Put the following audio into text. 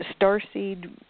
starseed